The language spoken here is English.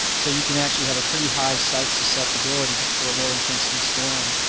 so you can actually have a pretty high site susceptibility but for a low intensity storm.